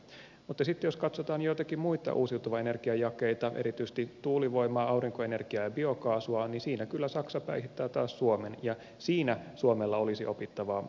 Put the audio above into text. mutta sitten jos katsotaan joitakin muita uusiutuvan energian jakeita erityisesti tuulivoimaa aurinkoenergiaa ja biokaasua niissä kyllä saksa päihittää taas suomen ja niissä suomella olisi opittavaa saksasta